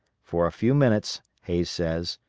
for a few minutes, hays says,